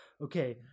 okay